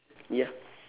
ya